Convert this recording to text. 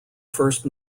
first